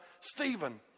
stephen